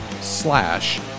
slash